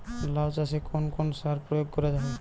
লাউ চাষে কোন কোন সার প্রয়োগ করা হয়?